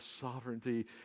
sovereignty